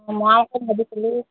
অঁ মই আকৌ ভাবিছিলোঁ